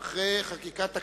אחרי חקיקת הכנסת,